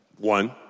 One